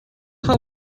how